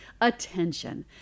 Attention